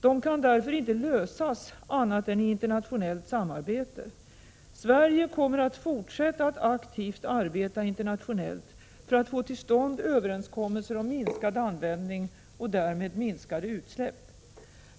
De kan därför inte lösas annat än i internationellt samarbete. Sverige kommer att fortsätta att aktivt arbeta internationellt för att få till stånd överenskommelser om minskad användning och därmed minskade utsläpp.